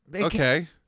Okay